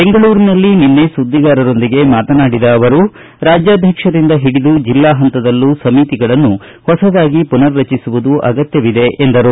ಬೆಂಗಳೂರಿನಲ್ಲಿ ನಿನ್ನೆ ಸುದ್ದಿಗಾರರೊಂದಿಗೆ ಮಾತನಾಡಿದ ಅವರು ರಾಜ್ಯಾಧ್ಯಕ್ಷರಿಂದ ಹಿಡಿದು ಜಿಲ್ಲಾ ಹಂತದಲ್ಲೂ ಸಮಿತಿಗಳನ್ನು ಹೊಸದಾಗಿ ಪುನರ್ರಚಿಸುವುದು ಅಗತ್ಯ ಎಂದರು